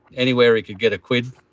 anywhere he could get a quid,